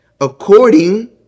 According